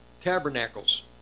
tabernacles